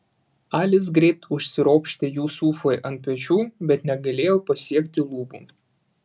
alis greit užsiropštė jusufui ant pečių bet negalėjo pasiekti lubų